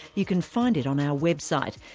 you can find it on our website.